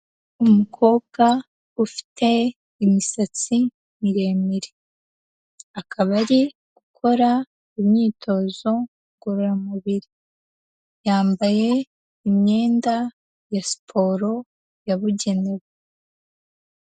Umukobwa ufite imisatsi miremire, akaba ari gukora imyitozo ngororamubiri, yambaye imyenda ya siporo yabugenewe.